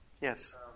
Yes